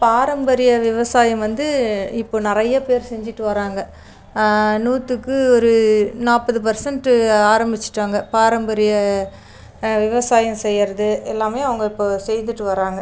பாரம்பரிய விவசாயம் வந்து இப்போ நிறைய பேர் செஞ்சிட்டு வராங்க நூற்றுக்கு ஒரு நாற்பது பர்சன்ட்டு ஆரமிச்சிட்டாங்க பாரம்பரிய விவசாயம் செய்யுறது எல்லாமே அவங்க இப்போ செய்துகிட்டு வராங்க